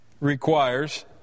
requires